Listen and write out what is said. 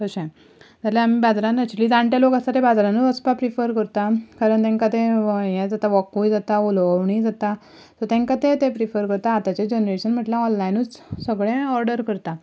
तशें ना जाल्यार बाजारांत एकच्युली जाणटे लोक आसा ते बाजारांतूच वचपाक प्रिफर करता कारण तेंका तें हें जाता वॉकूय जाता उलोवणेंय जाता सो तेंका तें ते प्रिफर करता आतांचें जॅनरेशन म्हणल्यार ऑनलायनूच सगळें ऑर्डर करता